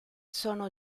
sono